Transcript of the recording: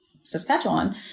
Saskatchewan